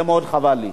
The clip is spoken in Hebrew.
זה מאוד חבל לי.